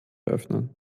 öffnen